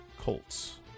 Colts